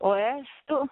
o estų